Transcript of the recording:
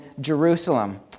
Jerusalem